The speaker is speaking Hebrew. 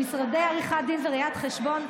במשרדי עריכת הדין וראיית חשבון,